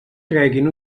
treguin